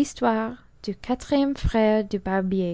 htstotrë du quathtëmë frëke iiu bammkh